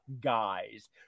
guys